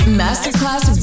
masterclass